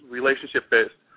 relationship-based